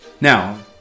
Now